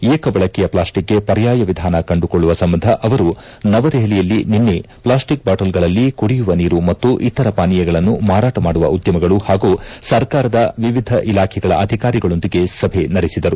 ಏಕಬಳಕೆಯ plastic ಗೆ ಪರ್ಯಾಯ ವಿಧಾನ ಕಂಡುಕೊಳ್ಳುವ ಸಂಬಂಧ ಅವರು ನವದೆಹಲಿಯಲ್ಲಿ ನಿನ್ನೆ ಪ್ಲಾಸ್ಟಿಕ್ ಬಾಣಲ್ಗಳಲ್ಲಿ ಕುಡಿಯುವ ನೀರು ಮತ್ತು ಇತರ ಪಾನೀಯಗಳನ್ನು ಮಾರಾಣ ಮಾಡುವ ಉದ್ಯಮಗಳು ಹಾಗೂ ಸರ್ಕಾರದ ವಿವಿಧ ಇಲಾಖೆಗಳ ಅಧಿಕಾರಿಗಳೊಂದಿಗೆ ಸಭೆ ನಡೆಸಿದರು